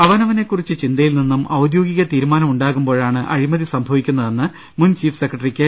അവനവനെക്കുറിച്ച് ചിന്തയിൽ നിന്നും ഔദ്യോഗിക തീരുമാനം ഉണ്ടാകുമ്പോഴാണ് അഴിമതി സംഭവിക്കുന്ന തെന്ന് മുൻ ചീഫ് സെക്രട്ടറി കെ